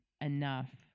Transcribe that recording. enough